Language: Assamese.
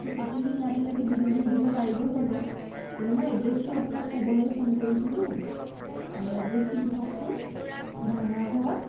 ত' আপুনি ইয়াৰলৈকে ডেলিভাৰী দিব পাৰিব ছাগে হেৰি মই এড্ৰেছটো আপোনাক ক'বলেই ফোন কৰিছিলো এড্ৰেছটো লিখকচোন ভাঙাগড়